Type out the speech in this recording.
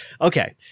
okay